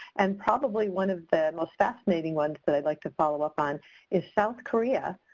and probably one of the most fascinating ones that i'd like to follow up on is south korea.